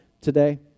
today